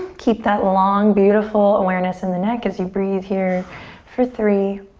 keep that long, beautiful awareness in the neck as you breathe here for three,